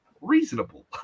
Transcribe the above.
reasonable